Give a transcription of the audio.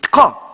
Tko?